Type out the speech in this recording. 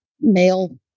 male